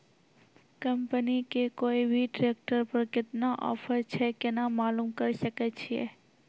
Company के कोय भी ट्रेक्टर पर केतना ऑफर छै केना मालूम करऽ सके छियै?